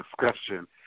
discussion